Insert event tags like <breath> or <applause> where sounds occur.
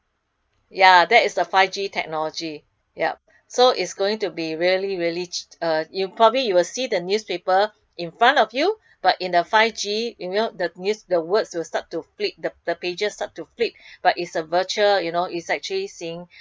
ya that is the five G technology yup <breath> so it's going to be really really ch~ uh you probably you will see the newspaper in front of you <breath> but in a five G you know the news the words will start to flip the the pages start to flip <breath> but it's a virtual you know it's actually seeing <breath>